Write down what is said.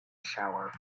shower